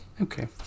Okay